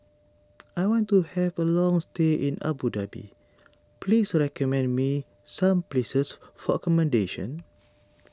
I want to have a long stay in Abu Dhabi please recommend me some places for accommodation